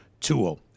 tool